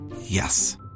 Yes